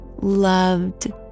loved